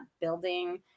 building